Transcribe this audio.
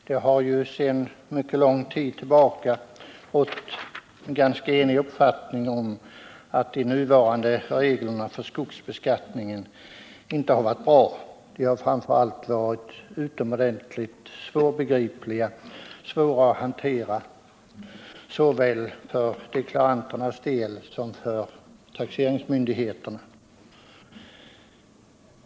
Herr talman! Det har sedan mycket lång tid tillbaka rått enighet om att de nuvarande reglerna för skogsbeskattning inte är bra. De är framför allt utomordentligt svårbegripliga och svåra att hantera såväl för deklaranterna som för taxeringsmyndigheterna.